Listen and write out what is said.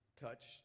touched